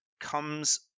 comes